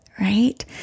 Right